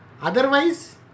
Otherwise